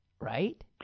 right